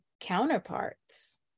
counterparts